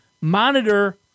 monitor